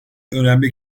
önemli